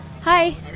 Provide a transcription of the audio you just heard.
Hi